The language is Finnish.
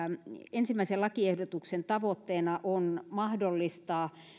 ensimmäisen lakiehdotuksen tavoitteena on mahdollistaa